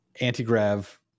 anti-grav